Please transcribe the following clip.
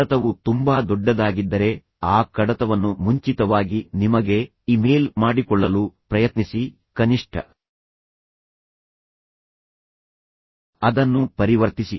ಕಡತವು ತುಂಬಾ ದೊಡ್ಡದಾಗಿದ್ದರೆ ಆ ಕಡತವನ್ನು ಮುಂಚಿತವಾಗಿ ನಿಮಗೆ ಇಮೇಲ್ ಮಾಡಿಕೊಳ್ಳಲು ಪ್ರಯತ್ನಿಸಿ ಕನಿಷ್ಠ ಅದನ್ನು ಪರಿವರ್ತಿಸಿ